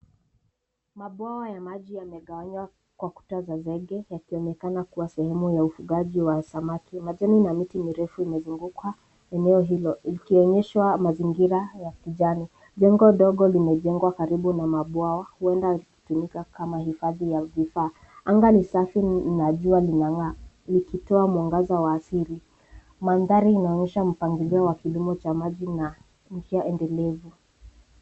Mabwawa ya maji yamegawanywa kwa kuta za zege, yakionekana kua sehemu ya ufugaji wa samaki. Majani na miti mirefu imezunguka eneo hilo, likionyeshwa mazingira ya kijani. Jengo ndogo limejengwa karibu na mabwawa, huenda hutumika kama hifadhi ya vifaa. Anga ni safi na jua linang'aa, likitoa mwangaza wa asili. Mandhari inaonyesha mpangilio wa kilimo cha maji na njia endelevu.